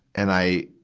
and i,